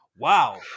wow